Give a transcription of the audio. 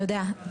תודה.